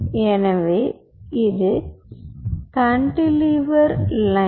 எனவே இது cantilever line